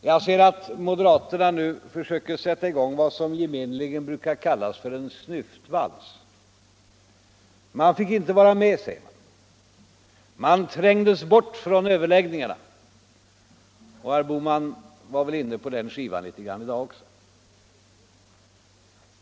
Jag ser att moderaterna nu söker sätta i gång vad som gemenligen brukar kallas för en snyftvals. Man fick inte vara med, säger man. Man trängdes bort från överläggningarna. Herr Bohman var inne på den skivan litet grand i dag också.